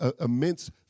immense